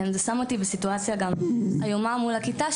זה שם אותי בסיטואציה גם איומה מול הכיתה,